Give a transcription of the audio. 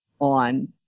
on